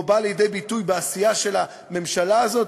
בא לידי ביטוי בעשייה של הממשלה הזאת?